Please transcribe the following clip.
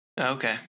Okay